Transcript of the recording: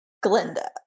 Glinda